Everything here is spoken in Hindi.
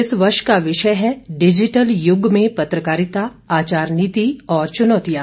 इस वर्ष का विषय है डिजिटल युग में पत्रकारिता आचार नीति और चुनौतियां